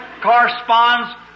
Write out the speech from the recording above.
corresponds